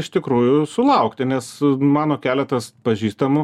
iš tikrųjų sulaukti nes mano keletas pažįstamų